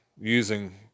using